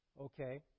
Okay